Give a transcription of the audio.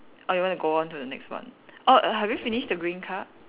or you want to go on to the next one orh have you finish the green card